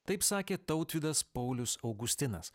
taip sakė tautvydas paulius augustinas